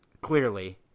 clearly